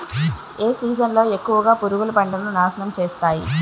ఏ season లో ఎక్కువుగా పురుగులు పంటను నాశనం చేస్తాయి?